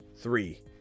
three